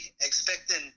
expecting